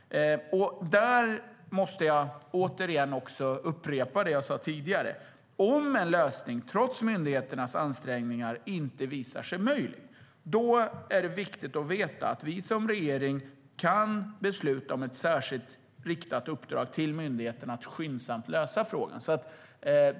Jag måste också upprepa det jag sa tidigare. Om en lösning trots myndigheternas ansträngningar inte visar sig möjlig är det viktigt att veta att vi som regering kan besluta om ett särskilt riktat uppdrag till myndigheterna att skyndsamt lösa frågan.